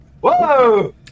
Whoa